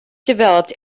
developed